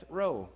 row